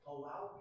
Allow